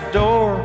door